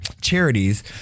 charities